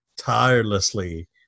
tirelessly